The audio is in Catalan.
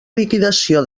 liquidació